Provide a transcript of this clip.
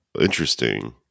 interesting